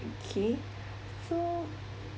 okay so